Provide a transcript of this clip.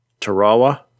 Tarawa